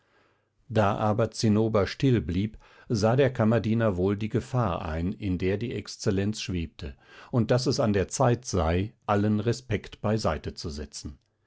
da aber zinnober still blieb sah der kammerdiener wohl die gefahr ein in der die exzellenz schwebte und daß es an der zeit sei allen respekt beiseite zu setzen